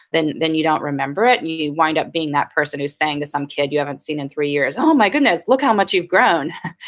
then then you don't remember it and you you wind up being that person who is saying to some kid you haven't seen in three years. oh my goodness, look how much you've grown.